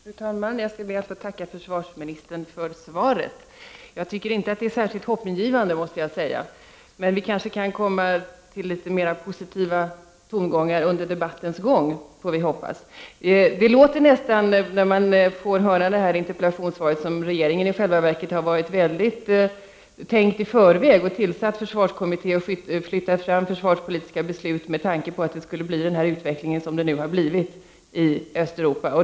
Fru talman! Jag skall be att få tacka försvarsministern för svaret. Jag tycker inte det är särskilt hoppingivande måste jag säga, men vi kanske kan komma till litet mera positiva tongångar under debattens gång. I detta interpellationssvar låter det som om regeringen har varit väldigt förutseende och långt i förväg tillsatt försvarskommittén och flyttat fram beslutet med tanke på den utveckling som senare skett i Östeuropa.